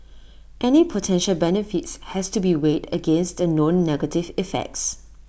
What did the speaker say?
any potential benefits has to be weighed against the known negative effects